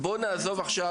לאכוף.